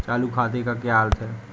चालू खाते का क्या अर्थ है?